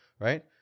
right